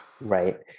right